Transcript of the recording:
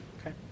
Okay